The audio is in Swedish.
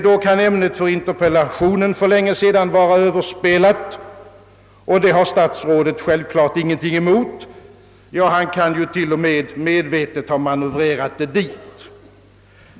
Då kan ämnet för interpellationen för länge sedan vara överspelat, och det har statsrådet självklart ingenting emot, ja, han kan ju t.o.m. medvetet han manövrerat det därhän.